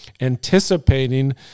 anticipating